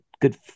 Good